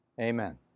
Amen